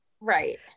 right